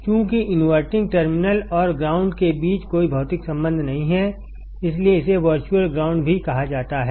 चूंकि inverting terminal और ground के बीच कोई भौतिक संबंध नहीं है इसलिए इसे वर्चुअल ग्राउंड भी कहा जाता है